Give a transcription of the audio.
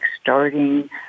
starting